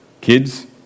kids